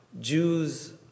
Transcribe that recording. Jews